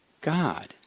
God